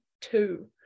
two